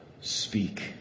speak